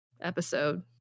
episode